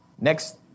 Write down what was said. Next